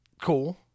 Cool